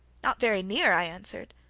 not very near i answered,